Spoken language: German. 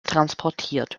transportiert